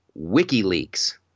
WikiLeaks